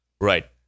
Right